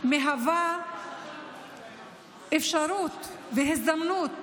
מהווה אפשרות והזדמנות